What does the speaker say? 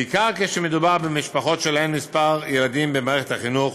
בעיקר כשמדובר במשפחות שלהן מספר ילדים במערכת החינוך.